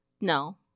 No